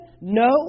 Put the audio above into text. No